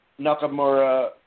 Nakamura